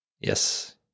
Yes